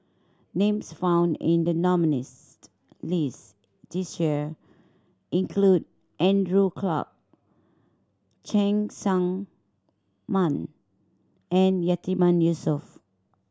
names found in the nominees' list this year include Andrew Clarke Cheng Tsang Man and Yatiman Yusof